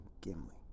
Gimli